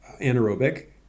anaerobic